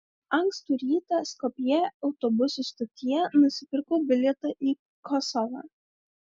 ankstų rytą skopjė autobusų stotyje nusipirkau bilietą į kosovą